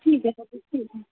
अ